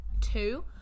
Two